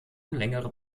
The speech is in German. längere